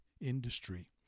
industry